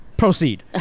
Proceed